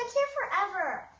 forever!